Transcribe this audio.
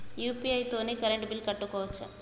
UPI తోని current bill కట్టుకోవచ్ఛా?